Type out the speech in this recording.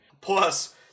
plus